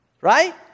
Right